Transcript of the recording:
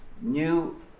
new